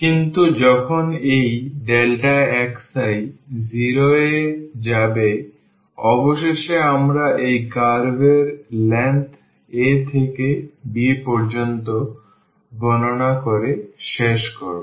কিন্তু যখন এই xi 0 এ যাবে অবশেষে আমরা এই কার্ভ এর দৈর্ঘ্য a থেকে b পর্যন্ত গণনা করে শেষ করব